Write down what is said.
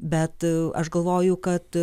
bet aš galvoju kad